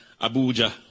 Abuja